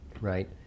Right